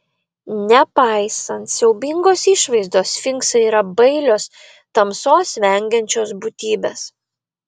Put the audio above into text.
nepaisant siaubingos išvaizdos sfinksai yra bailios tamsos vengiančios būtybės